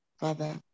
Father